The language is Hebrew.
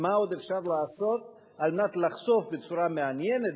מה עוד אפשר לעשות על מנת לחשוף בצורה מעניינת,